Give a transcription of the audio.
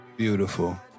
Beautiful